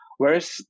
Whereas